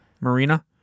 Marina